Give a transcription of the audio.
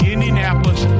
Indianapolis